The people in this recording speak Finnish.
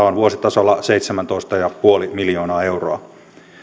on vuositasolla seitsemäntoista pilkku viisi miljoonaa euroa